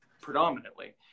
predominantly